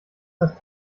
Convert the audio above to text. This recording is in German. das